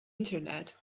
internet